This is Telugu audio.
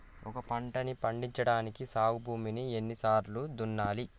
ఒక పంటని పండించడానికి సాగు భూమిని ఎన్ని సార్లు దున్నాలి?